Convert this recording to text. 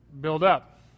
build-up